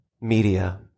media